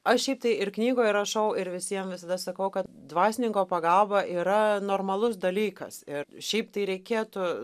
aš šiaip tai ir knygoj rašau ir visiem visada sakau kad dvasininko pagalba yra normalus dalykas ir šiaip tai reikėtų